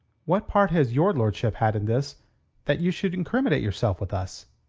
what part has your lordship had in this that you should incriminate yourself with us?